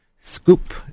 Scoop